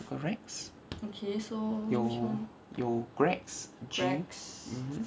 forex 有有 grex G mmhmm